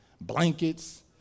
blankets